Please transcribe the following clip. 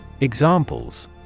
Examples